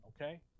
Okay